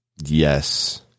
yes